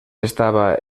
estaba